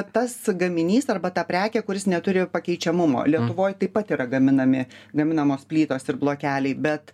tas gaminys arba ta prekė kuris neturi pakeičiamumo lietuvoj taip pat yra gaminami gaminamos plytos ir blokeliai bet